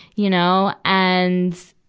you know. and,